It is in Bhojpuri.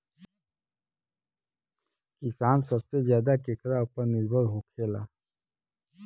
किसान सबसे ज्यादा केकरा ऊपर निर्भर होखेला?